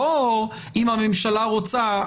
לא אם הממשלה רוצה.